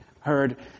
heard